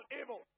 evil